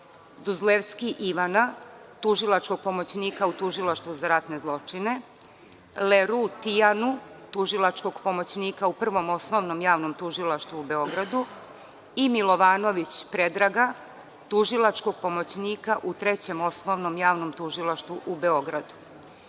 Dozlevski Ivana, tužilačkog pomoćnika u Tužilaštvu za ratne zločine, Leru Tijanu, tužilačkog pomoćnika u Prvom osnovnom javnom tužilaštvu u Beogradu i Milovanović Predraga, tužilačkog pomoćnika u Trećem osnovnom javnom tužilaštvu u Beogradu.Za